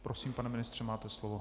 Prosím, pane ministře, máte slovo.